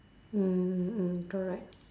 mm mm mm correct